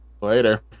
Later